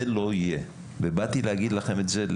זה לא יהיה ובאתי להגיד לכם את זה,